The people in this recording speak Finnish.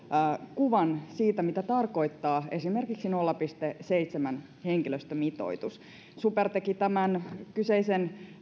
kuvan siitä mitä tarkoittaa esimerkiksi nolla pilkku seitsemän henkilöstömitoitus super teki tämän kyseisen